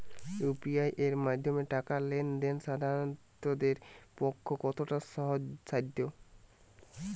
UPI এর মাধ্যমে টাকা লেন দেন সাধারনদের পক্ষে কতটা সহজসাধ্য?